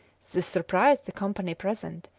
this surprised the company present,